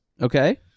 Okay